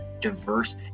diverse